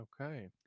okay